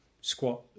squat